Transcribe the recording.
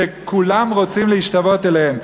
שכולם רוצים להשתוות אליהם.